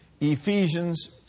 Ephesians